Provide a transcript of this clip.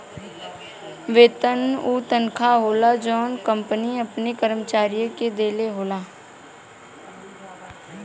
वेतन उ तनखा होला जौन कंपनी अपने कर्मचारियन के देवला